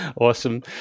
Awesome